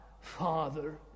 Father